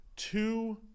two